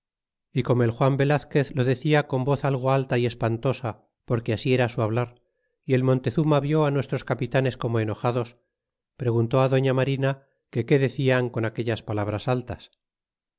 y como el juan velazquez lo decia con voz algo alta y espantosa porque así era su hablar y el montezuma vió nuestros capitanes como enojados preguntó á dolía marina que qué decian con aquellas palabras altas